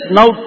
now